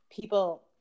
people